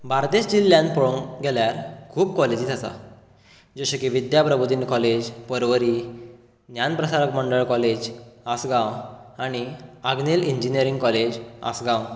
बार्देस जिल्ल्यांत पळोवंक गेल्यार खूब कॉलेजीस आसा जशें की विद्याप्रोबोधिनी कॉलेज पर्वरी ज्ञानप्रसारक मंडळ कॉलेज आसगांव आनी आगनेल इंजिनीयरींग कॉलेज आसगांव